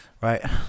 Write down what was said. Right